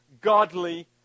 godly